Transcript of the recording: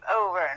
over